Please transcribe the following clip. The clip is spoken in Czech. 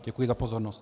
Děkuji za pozornost.